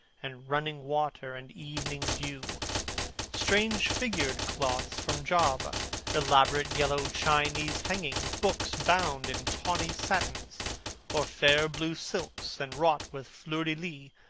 and running water, and evening dew strange figured cloths from java elaborate yellow chinese hangings books bound in tawny satins or fair blue silks and wrought with fleurs-de-lis,